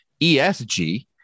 ESG